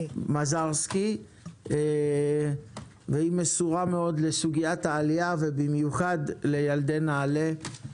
היא מסורה מאוד לסוגית העלייה ובמיוחד לילדי נעל"ה.